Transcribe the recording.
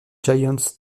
giants